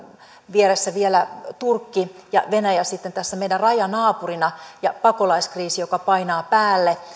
vieressä vielä turkki ja venäjä sitten tässä meidän rajanaapurina ja pakolaiskriisi joka painaa päälle